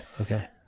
Okay